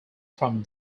from